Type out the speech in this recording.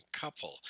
couple